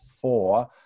four